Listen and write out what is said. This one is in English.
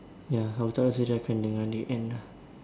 ya aku tak rasa dia akan dengar the end ah